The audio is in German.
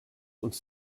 uns